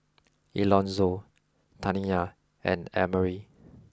Elonzo Taniyah and Emery